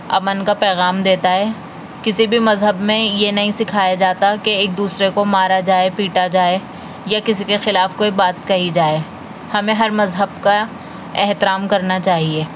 امن کا پیغام دیتا ہے کسی بھی مذہب میں یہ نہیں سکھایا جاتا کہ ایک دوسرے کو مارا جائے پیٹا جائے یا کسی کے خلاف کوئی بات کہی جائے ہمیں ہر مذہب کا احترام کرنا چاہیے